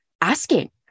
asking